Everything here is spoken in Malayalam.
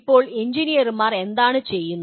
ഇപ്പോൾ എഞ്ചിനീയർമാർ എന്താണ് ചെയ്യുന്നത്